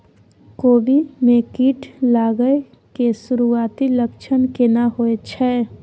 कोबी में कीट लागय के सुरूआती लक्षण केना होय छै